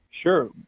Sure